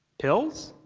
pills?